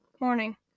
Morning